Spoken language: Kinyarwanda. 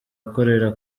akorera